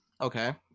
Okay